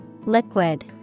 Liquid